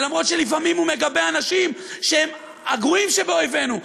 ולמרות זה שלפעמים הוא מגבה אנשים שהם הגרועים שבאויבינו,